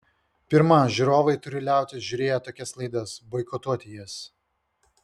pirma žiūrovai turi liautis žiūrėję tokias laidas boikotuoti jas